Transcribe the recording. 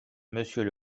monsieur